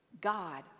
God